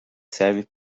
serve